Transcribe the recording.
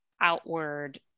outward